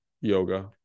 yoga